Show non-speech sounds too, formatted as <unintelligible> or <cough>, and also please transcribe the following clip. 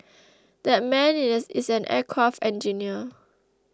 that man <unintelligible> is an aircraft engineer